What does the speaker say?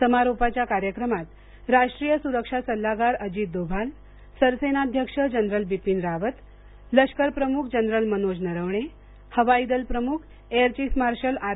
समारोपाच्या कार्यक्रमात राष्ट्रीय सुरक्षा सल्लागार अजित दोवाल सरसेनाध्यक्ष जनरल बिपीन रावत लष्करप्रमुख जनरल मनोज नरवणे हवाई दल प्रमुख एअर चीफ मार्शल आर